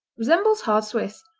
resembles hard swiss.